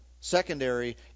secondary